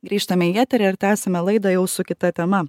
grįžtame į eterį ir tęsiame laidą jau su kita tema